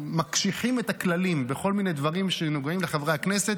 מקשיחים את הכללים יותר מדי בכל מיני דברים שנוגעים לחברי הכנסת.